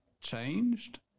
changed